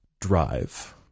drive